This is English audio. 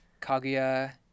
kaguya